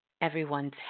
everyone's